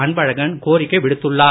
அன்பழகன் கோரிக்கை விடுத்துள்ளார்